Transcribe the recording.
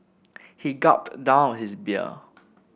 he gulped down his beer